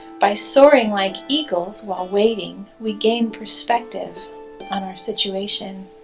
by soaring like eagles while waiting we gain perspective on our situation.